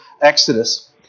Exodus